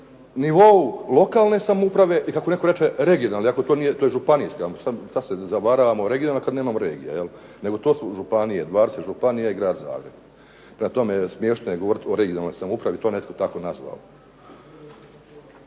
nivou lokalne samouprave i kako netko reče regionalne. Iako to nije, to je županijska, što se zavaravamo da je regionalna kada nemamo regija. Nego to su županije, 20 županija i grad Zagreb. Prema tome, smiješno je govoriti o regionalnoj samoupravi. To je netko tako nazvao.